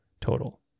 total